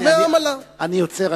אני עוצר,